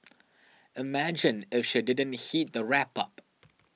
imagine if she didn't heat the wrap up